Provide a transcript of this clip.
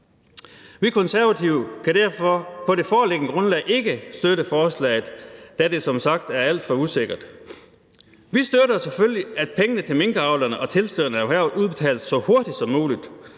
Vi Konservative kan derfor på det foreliggende grundlag ikke støtte forslaget, da det som sagt er alt for usikkert. Vi støtter selvfølgelig, at pengene til minkavlerne og tilstødende erhverv udbetales så hurtigt som muligt,